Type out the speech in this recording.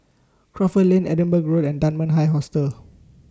Crawford Lane Edinburgh Road and Dunman High Hostel